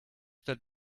that